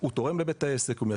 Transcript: הוא תורם לבית העסק,